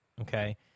Okay